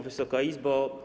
Wysoka Izbo!